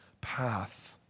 path